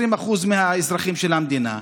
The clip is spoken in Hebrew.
20% מהאזרחים של המדינה,